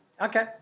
Okay